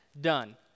done